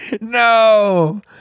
No